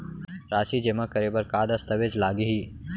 राशि जेमा करे बर का दस्तावेज लागही?